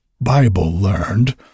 Bible-learned